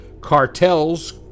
Cartels